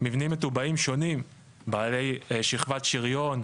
מבנים מטובעים שונים בעלי שכבת שריון,